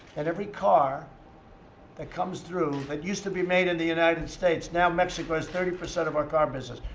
and every car that comes through, that used to be made in the united states, now mexico has thirty percent of our car business.